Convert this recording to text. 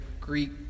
Greek